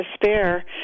despair